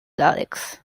daleks